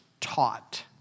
taught